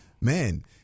man